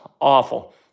awful